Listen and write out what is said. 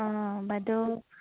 অঁ বাইদেউ